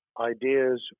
ideas